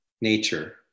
nature